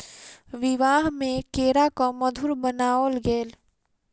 विवाह में केराक मधुर बनाओल गेल